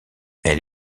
elle